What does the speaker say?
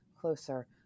closer